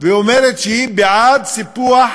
ואומרת שהיא בעד סיפוח